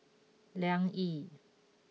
Liang Yi